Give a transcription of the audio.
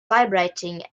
vibrating